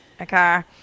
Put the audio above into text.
Okay